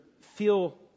feel